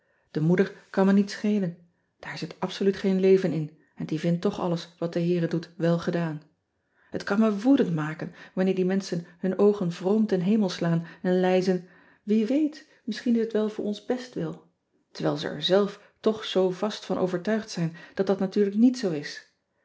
e moeder kan me niets schelen aar zit absoluut geen leven in en die vindt toch alles wat de eere doet welgedaan et kan me woedend maken wanneer die menschen hun oogen vroom ten hemel slaan en lijzen ie weet misschien is het wel voor ons bestwil terwijl ze er zelf toch zoo vast van overtuigd zijn dat dat natuurlijk niet zoo is